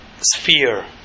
sphere